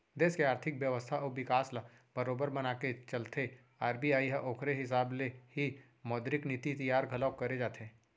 देस के आरथिक बेवस्था अउ बिकास ल बरोबर बनाके चलथे आर.बी.आई ह ओखरे हिसाब ले ही मौद्रिक नीति तियार घलोक करे जाथे